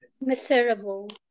Miserable